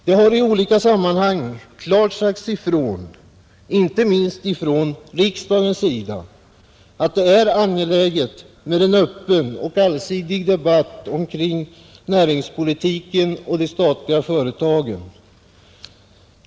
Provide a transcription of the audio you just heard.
Det har i olika sammanhang klart sagts ifrån inte minst från riksdagen att det är angeläget med en öppen och allsidig debatt omkring näringspolitiken och de statliga företagen.